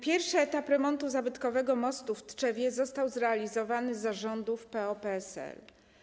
Pierwszy etap remontu zabytkowego mostu w Tczewie został zrealizowany za rządów PO-PSL.